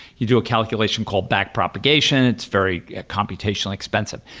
you do a calculation called back propagation. it's very computationally expensive.